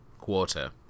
quarter